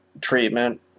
treatment